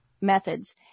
methods